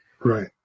Right